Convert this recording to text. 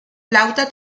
flauta